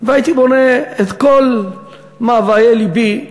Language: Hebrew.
והייתי בונה את כל מאוויי לבי,